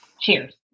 Cheers